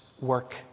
work